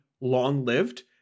long-lived